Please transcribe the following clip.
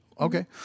Okay